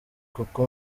kuko